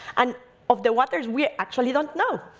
and of the waters, we actually don't know.